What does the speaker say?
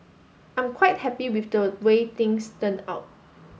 I'm quite happy with the way things turned out